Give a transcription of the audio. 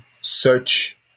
search